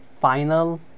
final